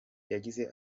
yagize